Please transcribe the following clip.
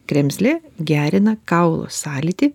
kremzlė gerina kaulų sąlytį